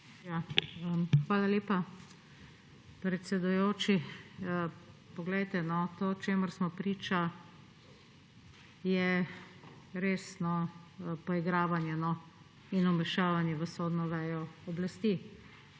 Hvala lepa, predsedujoči. Poglejte, to, čemur smo priča, je resno poigravanje in vmešavanje v sodno vejo oblasti.